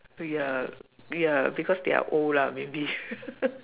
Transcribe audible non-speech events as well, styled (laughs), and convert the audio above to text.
ya ya because they are old lah maybe (laughs)